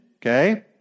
okay